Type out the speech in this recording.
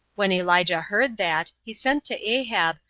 when elijah heard that, he sent to ahab,